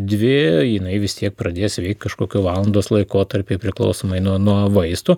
dvi jinai vis tiek pradės veikt kažkokiu valandos laikotarpyje priklausomai nuo nuo vaistų